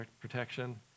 protection